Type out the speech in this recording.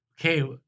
Okay